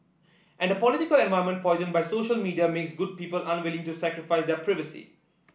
and political environment poisoned by social media makes good people unwilling to sacrifice their privacy